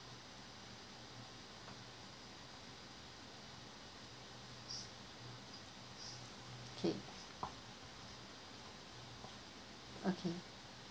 okay okay